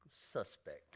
suspect